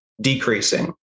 decreasing